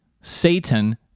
Satan